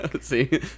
See